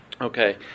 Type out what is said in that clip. Okay